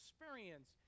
experience